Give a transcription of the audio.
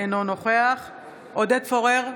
אינו נוכח עודד פורר,